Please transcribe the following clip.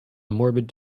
morbid